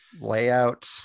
layout